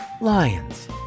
lions